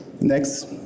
Next